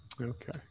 Okay